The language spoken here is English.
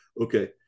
okay